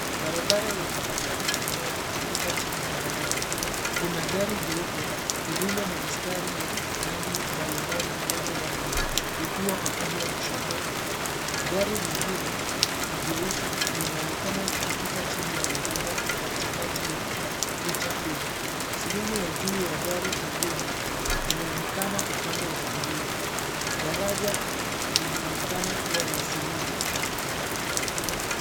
Barabara yenye magari kadhaa yakipita chini ya daraja. Kuna gari jeupe lililo na mistari ya rangi mbalimbali upande wake, likiwa upande wa kushoto. Gari lingine jeusi linaonekana likipita chini ya daraja katikati ya picha kuu. Sehemu ya juu ya gari jekundu inaonekana upande wa kulia. Daraja linaonekana kuwa la simiti.